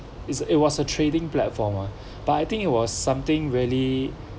is it was a trading platform ah but I think it was something really